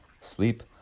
sleep